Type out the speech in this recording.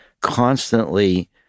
constantly